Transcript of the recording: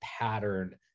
pattern